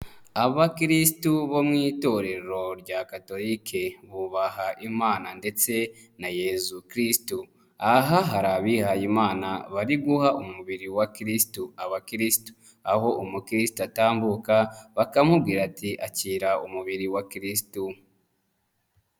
Abakirisitu bo mu itorero rya katotolike bubaha imana ndetse na yezu kirisitu. Aha hari abihaye Imana bari guha umubiri wa kirisito abakristo, aho umukrisito atambuka bakamubwira ati akira umubiri wa kirisito.